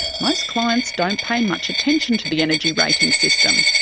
most clients don't pay much attention to the energy rating system.